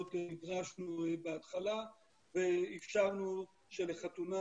החתונות נדרשנו בהתחלה ואפשרנו שלחתונה,